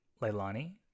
Leilani